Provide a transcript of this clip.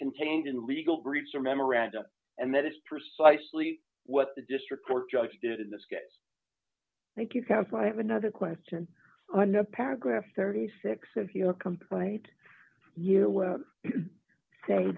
contained in legal briefs or memoranda and that is precisely what the district court judge did in this case thank you counsel i have another question under paragraph thirty six of your complaint you say